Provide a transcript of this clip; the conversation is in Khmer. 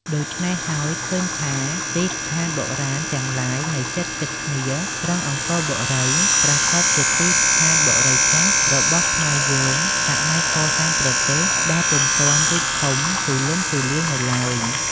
ដូច្នេះ ឃើញថាទីស្ថានបុរាណទាំងឡាយនៅជិតៗ គ្នាត្រង់អង្គរបូរី ប្រាកដជាទីស្ថានបុរីចាស់ របស់ខ្មែរយើងសម័យកសាងប្រទេស ដែលពុំទាន់រីកធំទូលំទូលាយនៅឡើយ ។